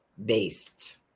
based